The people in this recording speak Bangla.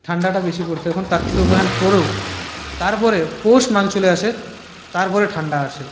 ঠান্ডাটা বেশি পড়তো এখন কার্তিক অগ্রহায়ণ পরেও তারপরেও পৌষ মাঘ চলে আসে তারপরে ঠান্ডা আসে